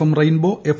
M rainbow F